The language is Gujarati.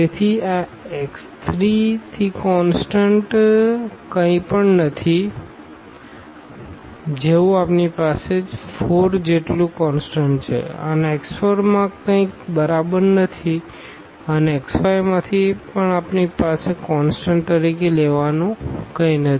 તેથી આ x 3 થી કોનસ્ટન્ટ કંઇપણ નથી જેવું આપણી પાસે 4 જેટલું કોનસ્ટન્ટ છે અને x 4 માંથી કંઇક બરાબર નથી અને x 5 માંથી પણ આપણી પાસે કોનસ્ટન્ટ તરીકે લેવાનું કંઈ નથી